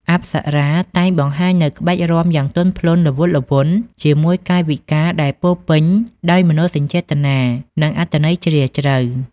អប្សរាតែងបង្ហាញនូវ ក្បាច់រាំយ៉ាងទន់ភ្លន់ ល្វត់ល្វន់ ជាមួយកាយវិការដែលពោរពេញដោយមនោសញ្ចេតនា និងអត្ថន័យជ្រាលជ្រៅ។